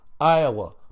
Iowa